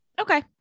Okay